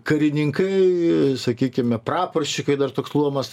karininkai sakykime praporščikai dar toks luomas